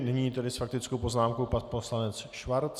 Nyní s faktickou poznámkou pan poslanec Schwarz.